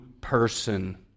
person